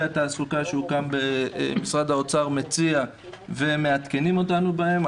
התעסוקה שהוקם במשרד האוצר מציע ומעדכנים אותנו בהם,